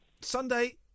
Sunday